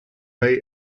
ray